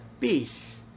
peace